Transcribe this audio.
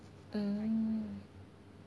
mm